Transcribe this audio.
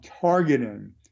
targeting